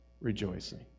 rejoicing